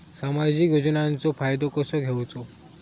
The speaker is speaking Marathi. सामाजिक योजनांचो फायदो कसो घेवचो?